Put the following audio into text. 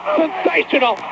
sensational